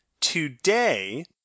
today